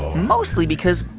mostly because,